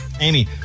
Amy